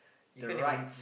the right